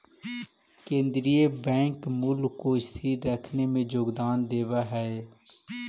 केन्द्रीय बैंक मूल्य को स्थिर रखने में योगदान देवअ हई